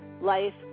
life